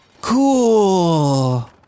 Cool